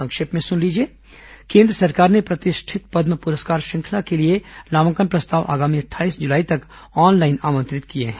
संक्षिप्त समाचार केन्द्र सरकार ने प्रतिष्ठित पद्म पुरस्कार श्रृंखला के लिए नामांकन प्रस्ताव आगामी अट्ठाईस जुलाई तक ऑनलाइन आमंत्रित किए हैं